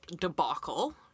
debacle